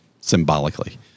symbolically